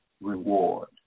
reward